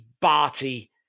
Barty